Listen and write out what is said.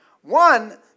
One